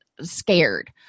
scared